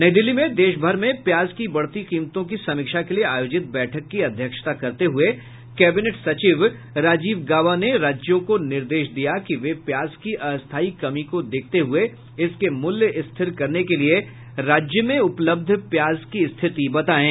नई दिल्ली में देशभर में प्याज की बढ़ती कीमतों की समीक्षा के लिए आयोजित बैठक की अध्यक्षता करते हुए कैबिनेट सचिव राजीव गाबा ने राज्यों को निर्देश दिया कि वे प्याज की अस्थायी कमी को देखते हुए इसके मूल्य स्थिर करने के लिए राज्य में उपलब्ध प्याज की स्थिति बतायें